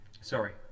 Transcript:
Sorry